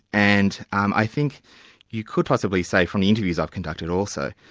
and um i think you could possibly say from the interviews i've conducted also,